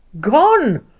Gone